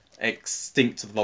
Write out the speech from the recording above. extinct